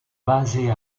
basée